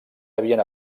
havien